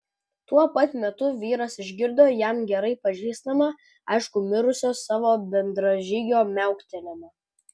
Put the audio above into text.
tuo pat metu vyras išgirdo jam gerai pažįstamą aiškų mirusio savo bendražygio miauktelėjimą